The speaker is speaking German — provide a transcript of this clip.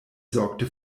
sorgte